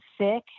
sick